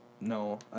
no